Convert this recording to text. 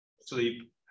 sleep